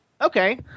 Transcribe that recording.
Okay